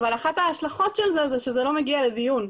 אבל אחת ההשלכות של זה היא שזה לא מגיע לדיון.